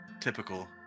Typical